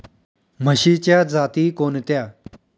म्हशीच्या जाती कोणत्या?